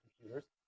computers